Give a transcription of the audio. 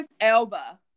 Elba